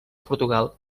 portugal